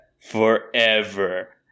forever